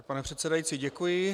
Pane předsedající, děkuji.